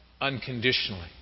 unconditionally